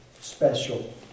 special